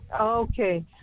Okay